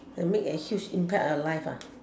that make a huge impact on life ah